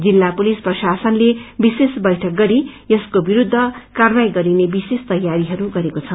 जिल्ल पुलिस प्रशासनले विशेष बैठक गरी यसको विरूद्ध कार्यवाही गरिने विशेष तैसयाारीहरू गरेको छ